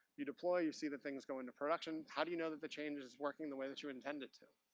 you deploy, you see the things going to production, how do you know that the change is working the way that you intended it to?